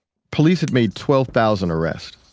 police had made twelve thousand arrests.